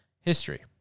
history